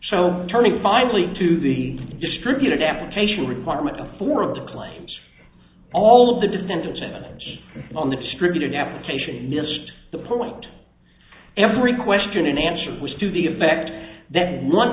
so turning finally to the distributed application requirement of four of the claims all of the defendants edge on the distributed application missed the point every question and answer was to the effect that